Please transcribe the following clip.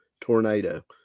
Tornado